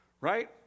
right